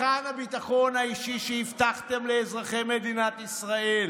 היכן הביטחון האישי שהבטחתם לאזרחי מדינת ישראל?